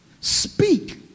speak